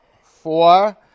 Four